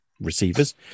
receivers